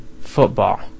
football